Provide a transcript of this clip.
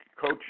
Coach